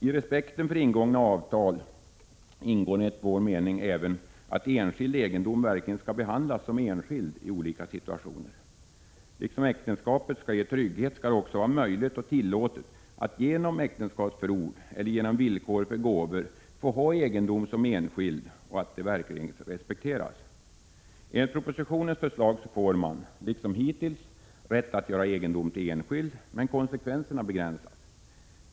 I respekten för ingångna avtal ingår enligt vår mening även att enskild egendom verkligen skall behandlas som enskild i olika situationer. Liksom äktenskapet skall ge trygghet skall det också vara möjligt och tillåtet att genom äktenskapsförord eller genom villkor för gåvor ha egendom som enskild och att verkligen få det respekterat. Enligt propositionens förslag får man, liksom hittills, rätt att göra egendom till enskild, men konsekvenserna begränsas.